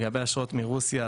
לגבי אשרות מרוסיה,